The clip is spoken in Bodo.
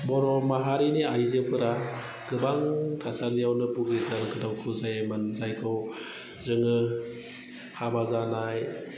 बर' माहारिनि आइजोफोरा गोबां थासारियावनो बुगिदों दुखु जायोमोन जायखौ जोङो हाबा जानाय